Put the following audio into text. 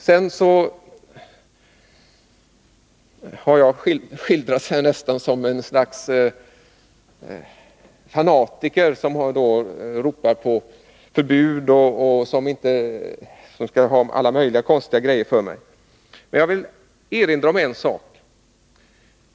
Jag har här skildrats nästan som en fanatiker som ropar på förbud i tid och otid. Jag vill erinra om en sak.